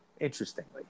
Interestingly